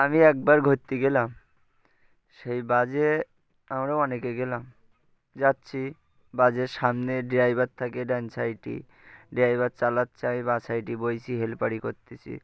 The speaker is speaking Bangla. আমি একবার ঘুরতে গেলাম সেই বাসে আমরাও অনেকে গেলাম যাচ্ছি বাসের সামনে ড্রাইভার থাকে ডান সাইডে ড্রাইভার চালাচ্ছে আমি বাঁ সাইডে বসে হেলপারি করতেছি